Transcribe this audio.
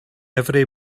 every